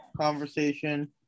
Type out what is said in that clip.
conversation